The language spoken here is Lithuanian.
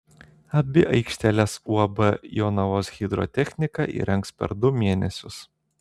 abi aikšteles uab jonavos hidrotechnika įrengs per du mėnesius